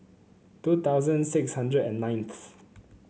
two thousand six hundred and ninth